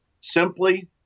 simply